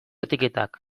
etiketak